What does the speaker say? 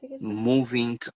moving